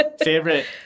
favorite